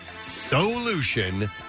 solution